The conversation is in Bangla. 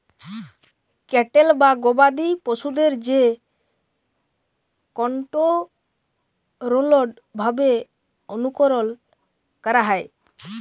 ক্যাটেল বা গবাদি পশুদের যে কনটোরোলড ভাবে অনুকরল ক্যরা হয়